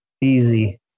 easy